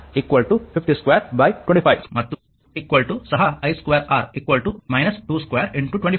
ಆದ್ದರಿಂದ ಇದು v2 R 502 25 ಮತ್ತು ಸಹ i 2R 2 2 25